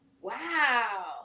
Wow